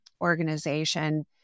organization